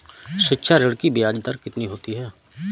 शिक्षा ऋण की ब्याज दर कितनी होती है?